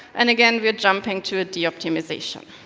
and, again, we are jumping to a de-optimisation.